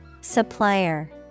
Supplier